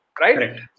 right